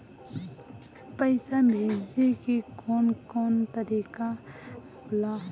पइसा भेजे के कौन कोन तरीका होला?